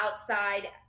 outside